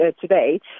today